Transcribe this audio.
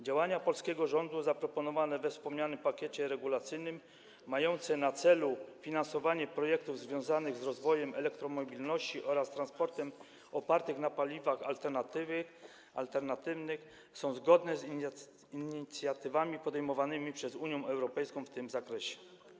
Działania polskiego rządu zaproponowane we wspomnianym pakiecie regulacyjnym, mające na celu finansowanie projektów związanych z rozwojem elektromobilności oraz transportem opartym na paliwach alternatywnych są zgodne z inicjatywami podejmowanymi przez Unię Europejską w tym zakresie.